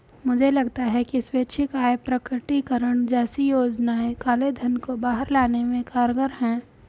मुझे लगता है कि स्वैच्छिक आय प्रकटीकरण जैसी योजनाएं काले धन को बाहर लाने में कारगर हैं